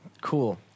Cool